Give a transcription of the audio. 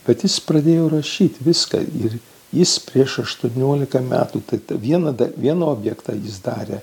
bet jis pradėjo rašyti viską ir jis prieš aštuoniolika metų tad vieną dar vieną objektą jis darė